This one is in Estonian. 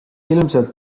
ilmselt